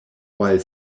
while